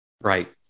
Right